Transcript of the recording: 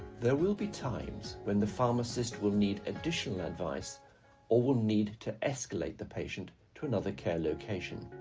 there will be times when the pharmacist will need additional advice or will need to escalate the patient to another care location.